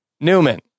Newman